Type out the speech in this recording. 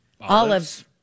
olives